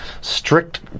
strict